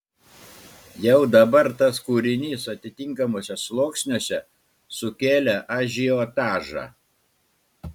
jau dabar tas kūrinys atitinkamuose sluoksniuose sukėlė ažiotažą